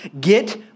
Get